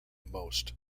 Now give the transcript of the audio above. most